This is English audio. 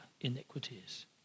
iniquities